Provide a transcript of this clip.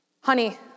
Honey